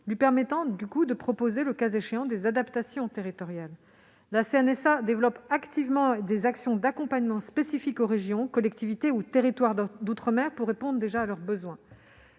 lui permet de proposer, le cas échéant, des adaptations territoriales. La CNSA développe activement des actions d'accompagnement spécifiques aux régions, collectivités ou territoires d'outre-mer, pour répondre déjà leurs besoins.